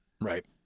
right